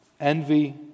envy